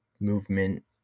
Movement